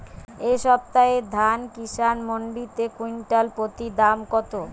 এই সপ্তাহে ধান কিষান মন্ডিতে কুইন্টাল প্রতি দাম কত?